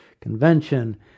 convention